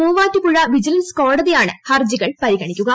Muvattupuzha vigilance കോടതിയാണ് ഹർഡികൾ പരിഗണിക്കുക